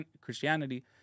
Christianity